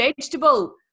vegetable